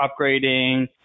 upgrading